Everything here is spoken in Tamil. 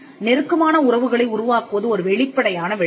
நெருக்கமான உறவுகளை உருவாக்குவது ஒரு வெளிப்படையான விளைவு